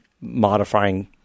modifying